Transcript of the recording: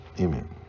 Amen